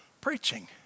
preaching